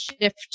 shift